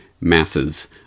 masses